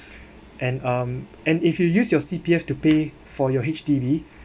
and um and if you use your C_P_F to pay for your H_D_B